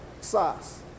sauce